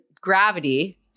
gravity